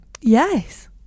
Yes